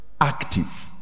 active